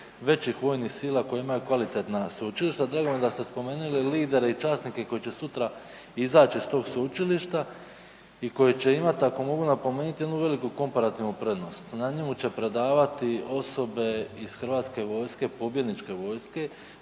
većih vojnih sila koja imaju kvalitetna sveučilišta. Drago mi je da ste spomenuli lidere i časnike koji će sutra izaći iz tog sveučilišta i koji će imati ako mogu napomenuti jednu veliku komparativnu prednost, na njemu će predavati osobe iz hrvatske vojske, pobjedničke vojske.